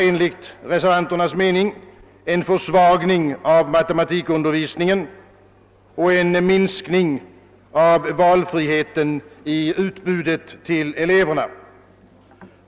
Enligt reservanternas mening innebär detta en försvagning av matematikundervisningen och en minskning av valfriheten i utbudet till eleverna.